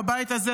גם בבית הזה,